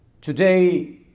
Today